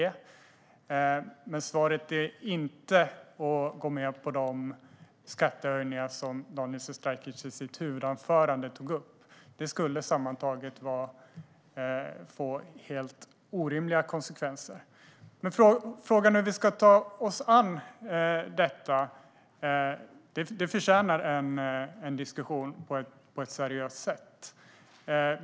Men svaret är inte att gå med på de skattehöjningar som Daniel Sestrajcic tog upp i sitt huvudanförande. Det skulle sammantaget få helt orimliga konsekvenser. Frågan hur vi ska ta oss an detta förtjänar dock en diskussion på ett seriöst sätt.